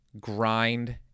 grind